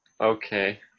okay